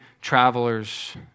travelers